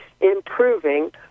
improving